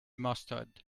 mustard